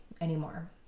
anymore